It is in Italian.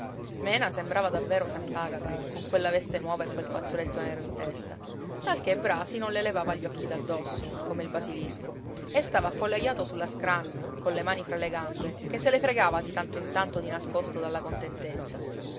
mena sembrava davvero sant'agata con quella veste nuova e quel fazzoletto nero in testa talché brasi non le levava gli occhi d'addosso come il basilisco e stava appollaiato sulla scranna colle mani fra le gambe che se le fregava di tanto in tanto di nascosto dalla contentezza